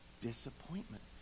disappointment